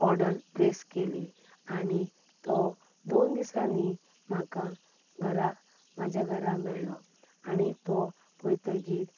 order place केली आनी तो दोन दिसांनी म्हाका घरा म्हज्या घरा मेळ्ळो आनी तो पळयतकच